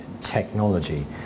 technology